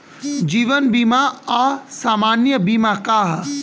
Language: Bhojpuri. जीवन बीमा आ सामान्य बीमा का ह?